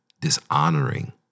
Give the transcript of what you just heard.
dishonoring